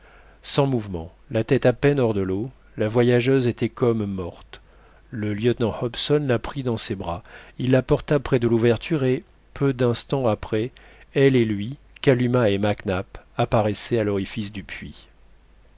sans mouvement la tête à peine hors de l'eau la voyageuse était comme morte le lieutenant hobson la prit dans ses bras il la porta près de l'ouverture et peu d'instants après elle et lui kalumah et mac nap apparaissaient à l'orifice du puits